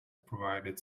provided